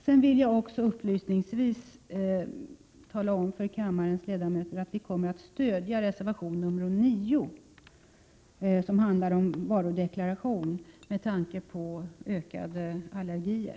Jag vill också upplysningsvis tala om för kammarens ledamöter att vpk kommer att stödja reservation 9 om varudeklaration med tanke på ökad förekomst av allergier.